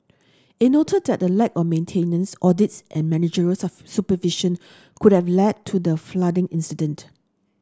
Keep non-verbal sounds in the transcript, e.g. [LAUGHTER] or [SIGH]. it noted that a lack of maintenance audits and managerial [UNINTELLIGIBLE] supervision could have led to the flooding incident